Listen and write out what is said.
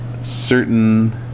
certain